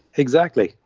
exactly.